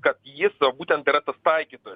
kad jis va būtent yra tas taikytojas